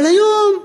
אבל היום,